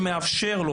שמאפשר לו,